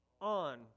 on